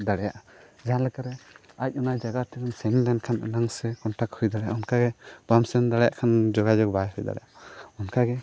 ᱫᱟᱲᱮᱭᱟᱜᱼᱟ ᱡᱟᱦᱟᱸ ᱞᱮᱠᱟᱨᱮ ᱟᱡ ᱚᱱᱟ ᱡᱟᱭᱜᱟ ᱴᱷᱮᱱ ᱥᱮᱱ ᱞᱮᱱᱠᱷᱟᱱ ᱟᱱᱟᱝ ᱥᱮ ᱠᱚᱱᱴᱟᱠᱴ ᱦᱩᱭ ᱫᱟᱲᱮᱭᱟᱜᱼᱟ ᱚᱱᱠᱟᱭ ᱵᱟᱢ ᱥᱮᱱ ᱫᱟᱲᱮᱭᱟᱜ ᱠᱷᱟᱱ ᱡᱳᱜᱟᱡᱳᱜᱽ ᱵᱟᱭ ᱦᱩᱭ ᱫᱟᱲᱮᱭᱟᱜᱼᱟ ᱚᱱᱠᱟᱜᱮ